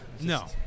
No